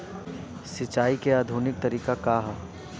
सिंचाई क आधुनिक तरीका का ह?